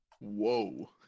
Whoa